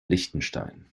liechtenstein